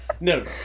no